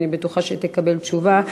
אני בטוחה שתקבל תשובה.